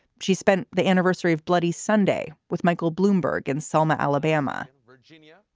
she's spent the anniversary of bloody sunday with michael bloomberg in selma, alabama, virginia.